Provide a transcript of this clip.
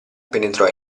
penetrò